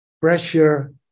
pressure